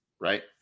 right